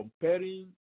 comparing